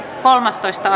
asia